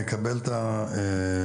אני מקבל את הרעיון.